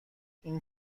این